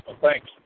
thanks